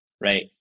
right